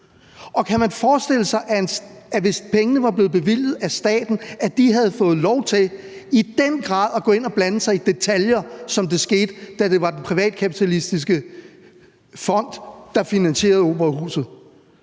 og kan man forestille sig, at hvis pengene var blevet bevilget af staten, havde de fået lov til i den grad at gå ind at blande sig i detaljer, som det skete, da det var den privatkapitalistiske fond, der finansierede Operaen?